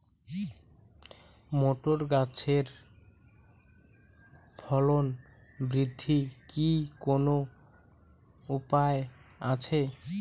Motor গাছের ফলন বৃদ্ধির কি কোনো উপায় আছে?